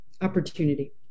Opportunity